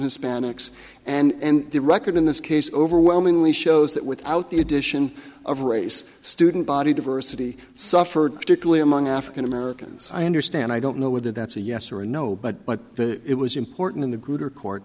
hispanics and the record in this case overwhelmingly shows that without the addition of race student body diversity suffered particularly among african americans i understand i don't know whether that's a yes or no but but it was important in the gr